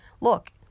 look